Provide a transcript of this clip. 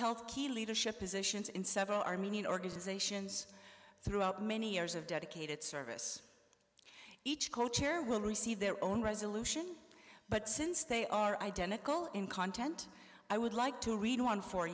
helped key leadership positions in several armenian organizations throughout many years of dedicated service each co chair will receive their own resolution but since they are identical in content i would like to read one for